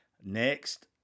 Next